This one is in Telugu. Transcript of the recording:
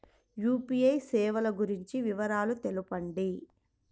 యూ.పీ.ఐ సేవలు గురించి వివరాలు తెలుపండి?